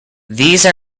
these